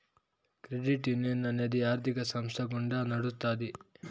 credit union అనేది ఆర్థిక సంస్థ గుండా నడుత్తాది